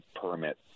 permit